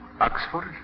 Oxford